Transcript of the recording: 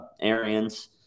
Arians